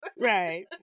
right